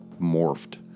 morphed